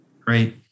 Great